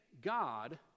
god